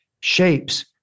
shapes